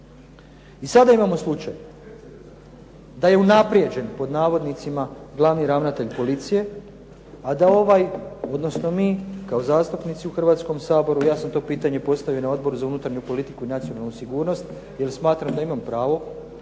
I sada imamo slučaj da je "unaprijeđen" glavni ravnatelj policije, a da ovaj odnosno mi kao zastupnici u Hrvatskom saboru, ja sam to pitanje postavio i na Odboru za unutarnju politiku i nacionalnu sigurnost, jer smatram da imamo pravo